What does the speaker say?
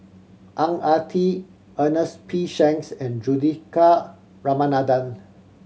Ang Ah Tee Ernest P Shanks and Juthika Ramanathan